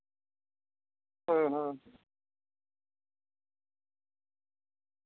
ᱦᱩᱸ ᱦᱩᱸ